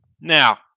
Now